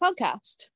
podcast